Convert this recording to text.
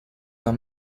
d’un